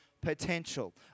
potential